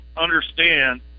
understand